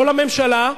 לא לממשלה,